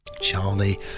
Charlie